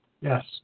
Yes